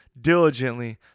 diligently